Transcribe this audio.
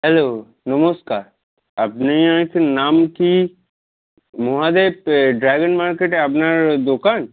hello নমস্কার আপনি নাম কি মহাদেব ড্র্যাগন মার্কেটে আপনার দোকান